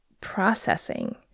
processing